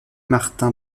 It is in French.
martin